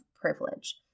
privilege